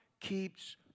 keeps